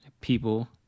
People